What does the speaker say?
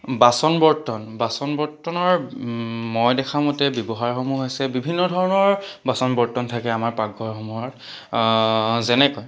বাচন বৰ্তন বাচন বৰ্তনৰ মই দেখা মতে ব্যৱহাৰসমূহ হৈছে বিভিন্ন ধৰণৰ বাচন বৰ্তন থাকে আমাৰ পাকঘৰসমূহত যেনেকৈ